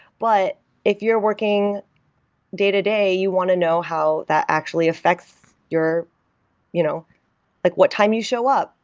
but if you're working day-to-day, you want to know how that actually affects your you know like what time you show up,